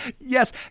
Yes